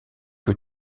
que